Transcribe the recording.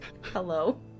Hello